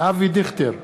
אבי דיכטר,